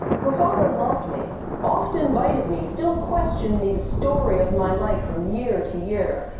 her father loved me oft invited me still questioned me the story of my life, from year to year,